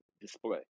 display